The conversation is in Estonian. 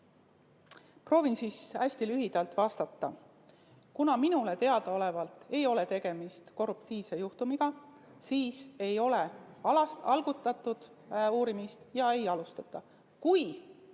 Proovin vastata hästi lühidalt. Kuna minule teadaolevalt ei ole tegemist korruptiivse juhtumiga, siis ei ole algatatud uurimist ja ka ei alustata.